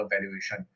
valuation